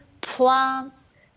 plants